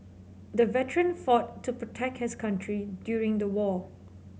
the veteran fought to protect his country during the war